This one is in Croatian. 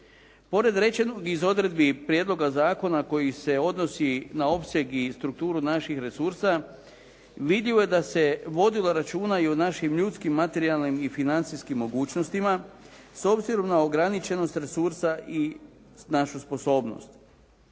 Pored rečenog iz odredbi prijedloga zakona koji se odnosi na opseg i strukturu naših resursa vidljivo je da se vodilo računa i o našim ljudskim, materijalnim i financijskim mogućnostima s obzirom na ograničenost resursa i našu sposobnost.